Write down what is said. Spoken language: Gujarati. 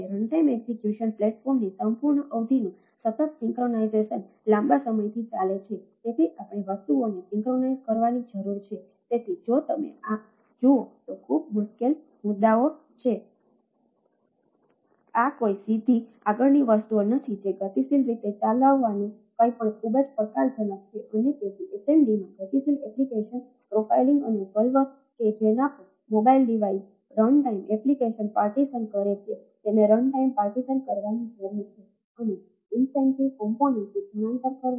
રનટાઇમ એક્ઝેક્યુશન કરવું